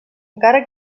encara